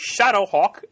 Shadowhawk